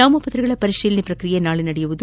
ನಾಮಪತ್ರಗಳ ಪರಿಶೀಲನೆ ಪ್ರಕ್ರಿಯೆ ನಾಳೆ ನಡೆಯಲಿದೆ